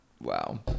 Wow